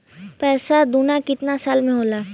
पैसा दूना कितना साल मे होला?